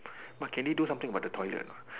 but can they do something about the toilet anot